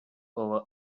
over